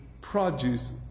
produce